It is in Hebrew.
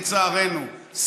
לצערנו.